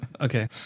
okay